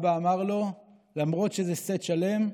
אבא אמר לו: למרות שזה סט שלם,